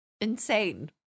Insane